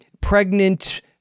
pregnant